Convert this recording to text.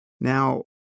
Now